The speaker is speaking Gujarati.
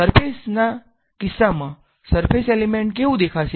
સરફેસના કિસ્સામાં સરફેસ એલીમેંટ કેવુ દેખાશે